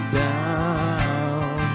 down